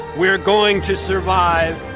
we're going to survive.